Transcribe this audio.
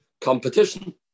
competition